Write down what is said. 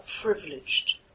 privileged